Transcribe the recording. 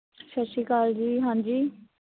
ਸਤਿ ਸ਼੍ਰੀ ਅਕਾਲ ਜੀ ਹਾਂਜੀ